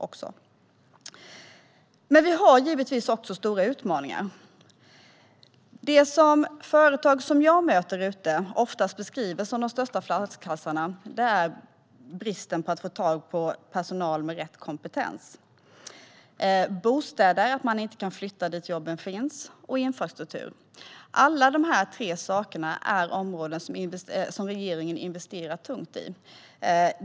Givetvis har vi också stora utmaningar. De som de företagare som jag möter ofta beskriver som de största flaskhalsarna är bristen på personal med rätt kompetens. Det är brist på bostäder, så man kan inte flytta dit jobben finns. Det gäller också infrastruktur. Alla dessa tre områden investerar regeringen tungt i.